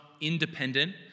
independent